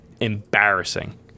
embarrassing